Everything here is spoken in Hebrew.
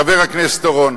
חבר הכנסת אורון,